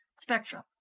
Spectrum